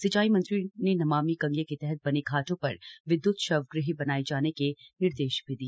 सिंचाई मंत्री ने नमामि गंगे के तहत बने घाटों पर विद्य्त शव ग़ह बनाये जाने के निर्देश भी दिए